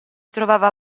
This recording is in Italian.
trovava